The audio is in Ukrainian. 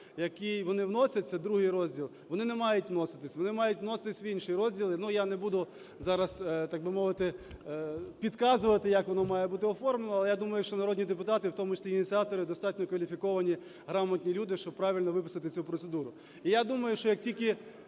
який вони вносяться, ІІ розділ, вони не мають вноситися, вони мають вноситися в інший розділ, я не буду зараз, так би мовити, підказувати, як воно має бути оформлено. Але я думаю, що народні депутати, в тому числі ініціатори, достатньо кваліфіковані, грамотні люди, щоб правильно виписати цю процедуру. І я думаю, що як тільки